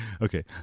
Okay